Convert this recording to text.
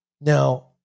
now